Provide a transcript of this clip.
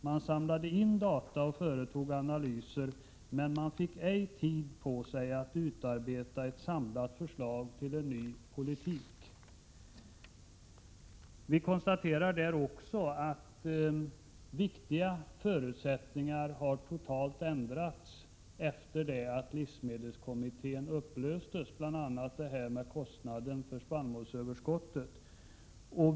Man samlade in data och företog analyser, men man fick ej tid på sig att utarbeta ett samlat förslag till en ny politik. Vi konstaterar också att viktiga förutsättningar totalt har ändrats efter det att livsmedelskommittén upplöstes, bl.a. detta med kostnaden för spannmålsöverskottet.